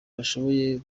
bashoboye